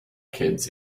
kids